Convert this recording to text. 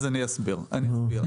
אסביר.